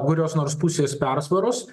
kurios nors pusės persvaros